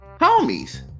homies